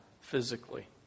physically